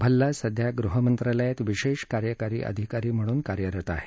भल्ला सध्या गृहमंत्रालयात विशेष कार्यअधिकारी म्हणून कार्यरत आहेत